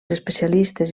especialistes